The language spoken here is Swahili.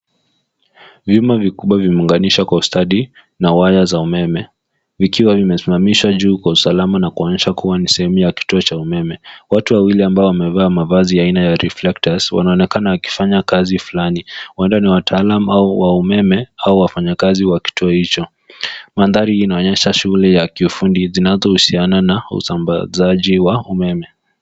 Vyuma vikubwa vimeunganishwa kwa ustadi na waya za umeme vikiwa vimesimamishwa juu kwa usalama na kuonyesha kuwa ni sehemu ya kituo cha umeme. Watu wawili ambao wamevaa mavazi ya aina ya reflectors wanaonekana wakifanya kazi fulani huenda ni wataalam wa umeme au wafanyakazi wa kituo hicho. Mandhari hii inaonyesha shughuli ya kiufundi zinazo husiana na usambazaji wa umeme.